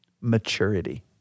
maturity